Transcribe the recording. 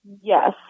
Yes